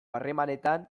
harremanetan